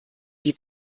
die